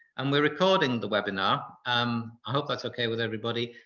and we're recording the webinar, um i hope that's okay with everybody.